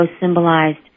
symbolized